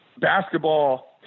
basketball